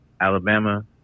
Alabama